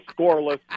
scoreless